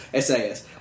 SAS